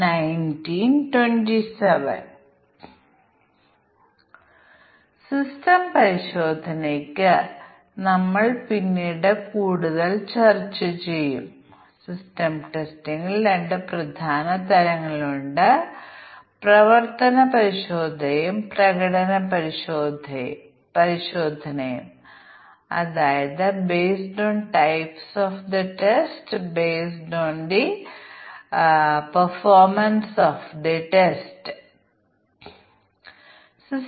അതിനാൽ operating system ക്രമീകരിച്ചിരിക്കുന്നത് hard keyboard മറച്ചിരിക്കുന്നു സജ്ജീകരിക്കേണ്ടതില്ല അല്ലെങ്കിൽ ഹാർഡ് കീബോർഡ് മറയ്ക്കാത്തവിധം മറച്ചിരിക്കുന്നു സ്ക്രീൻ ലേയൌട്ട് വലുതാണ് അല്ലെങ്കിൽ ഇത് സാധാരണമാണ് അല്ലെങ്കിൽ അത് ചെറുതാണ് അല്ലെങ്കിൽ ഇത് സജ്ജീകരിക്കണം ലാൻഡ്സ്കേപ്പ് അല്ലെങ്കിൽ പോർട്രെയ്റ്റ് ആയ ഓറിയന്റേഷൻ